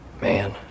Man